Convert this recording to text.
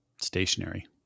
stationary